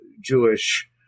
Jewish